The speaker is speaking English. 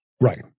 Right